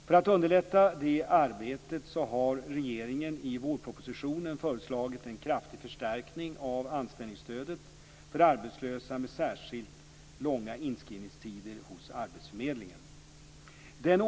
För att underlätta det arbetet har regeringen i vårpropositionen föreslagit en kraftig förstärkning av anställningsstödet för arbetslösa med särskilt långa inskrivningstider hos arbetsförmedlingen.